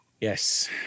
Yes